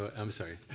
ah i'm sorry.